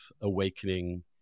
awakening